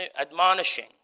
admonishing